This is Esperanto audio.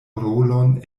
rolon